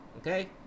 Okay